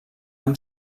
amb